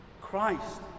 Christ